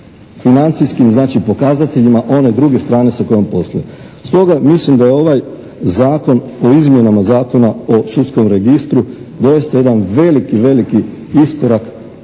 financijskim, znači, pokazateljima one druge strane sa kojom posluje. Stoga mislim da je ovaj Zakon o izmjenama Zakona o sudskom registru doista jedan veliki, veliki iskorak